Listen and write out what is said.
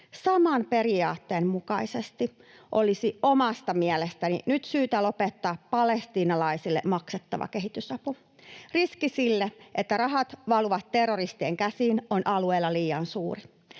Saman periaatteen mukaisesti olisi omasta mielestäni nyt syytä lopettaa palestiinalaisille maksettava kehitysapu. Riski sille, että rahat valuvat terroristien käsiin, on alueella liian suuri.